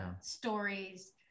stories